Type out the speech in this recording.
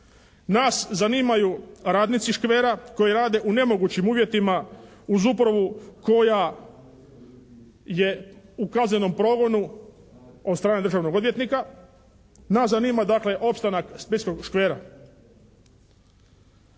Nas zanimaju radnici "Škvera" koji rade u nemogućim uvjetima uz upravu koja je u kaznenom progonu od strane državnog odvjetnika. Nas zanima dakle, opstanak splitskog "Škvera".